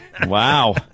Wow